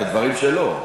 את הדברים שלו.